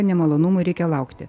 nemalonumų reikia laukti